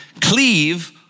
cleave